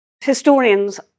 Historians